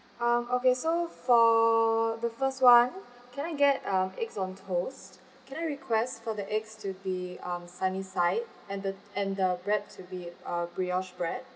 um okay so for the first [one] can I get um eggs on toast can I request for the eggs to be on sunny side and the and the bread to be a brioche bread